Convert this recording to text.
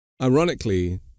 Ironically